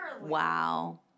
wow